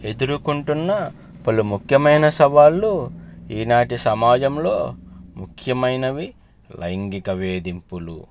ఎదుర్కొంటున్న పలు ముఖ్యమైన సవాళ్ళు ఈనాటి సమాజంలో ముఖ్యమైనవి లైంగిక వేధింపులు